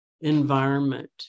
environment